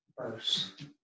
verse